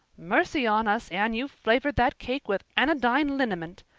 mercy on us, anne, you've flavored that cake with anodyne liniment.